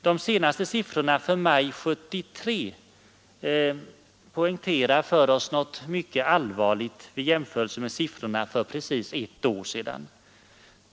De senaste siffrorna som kommit avser maj 1973 och poängterar för oss något mycket allvarligt vid en jämförelse med siffrorna för precis ett år sedan.